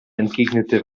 entgegnete